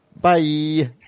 bye